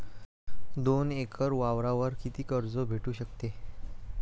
दोन एकर वावरावर कितीक कर्ज भेटू शकते?